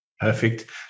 Perfect